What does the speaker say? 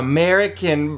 American